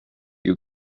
you